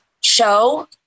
show